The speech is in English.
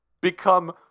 become